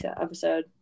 episode